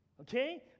okay